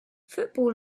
football